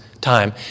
time